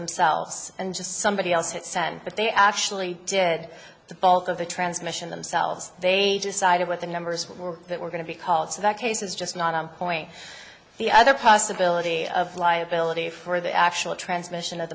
themselves and just somebody else hit send but they actually did the bulk of the transmission themselves they decided what the numbers were that were going to be called so that case is just not on point the other possibility of liability for the actual transmission of